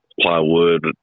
plywood